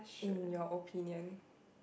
in your opinion